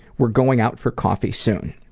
we're going out for coffee soon.